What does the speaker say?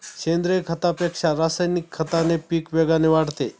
सेंद्रीय खतापेक्षा रासायनिक खताने पीक वेगाने वाढते